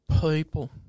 people